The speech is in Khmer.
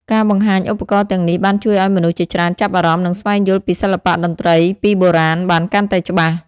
ការបង្ហាញឧបករណ៍ទាំងនេះបានជួយឲ្យមនុស្សជាច្រើនចាប់អារម្មណ៍និងស្វែងយល់ពីសិល្បៈតន្ត្រីពីបុរាណបានកាន់តែច្បាស់។